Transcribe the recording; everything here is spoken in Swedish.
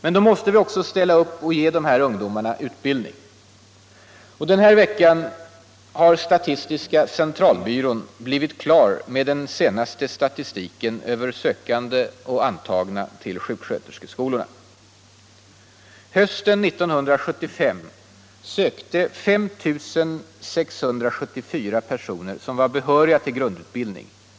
Men då måste vi också ställa upp och ge dessa ungdomar utbildning. Den här veckan har statistiska centralbyrån blivit klar med den senaste statistiken över sökande och antagna till sjuksköterskeskolorna. Hösten 1975 sökte 5 674 personer som var behöriga till grundutbildning.